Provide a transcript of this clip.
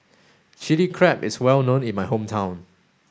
chili crab is well known in my hometown